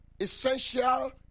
essential